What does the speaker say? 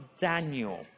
Daniel